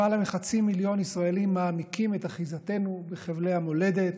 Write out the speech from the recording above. למעלה מחצי מיליון ישראלים מעמיקים את אחיזתנו בחבלי המולדת,